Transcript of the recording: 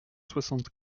soixante